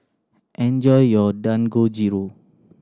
enjoy your Dangojiru